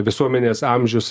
visuomenės amžius